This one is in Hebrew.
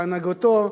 בהנהגתו,